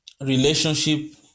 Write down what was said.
relationship